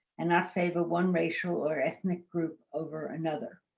and not favor one racial or ethnic group over another.